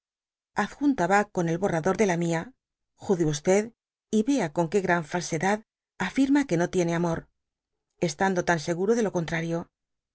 adjunta tá con el borrador de la mia juzgue j vea con que gran falsedad afirma que no tiene amor estando tan seguro de lo contrario